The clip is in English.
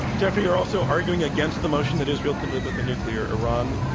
jeffrey, you're also arguing against the motion that israel can live with a nuclear iran.